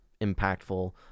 impactful